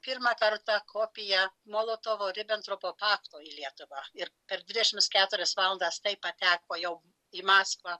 pirmą kartą kopiją molotovo ribentropo paktą į lietuvą ir per dvidešimt keturias valandas tai pateko jau į maskvą